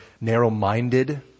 narrow-minded